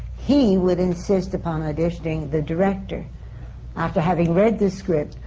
he would insist upon auditioning the director after having read the script,